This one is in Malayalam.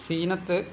സീനത്ത്